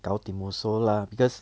gao tim also lah because